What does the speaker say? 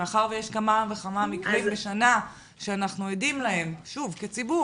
מאחר ויש כמה וכמה מקרים בשנה שאנחנו עדים להם כציבור